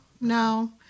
no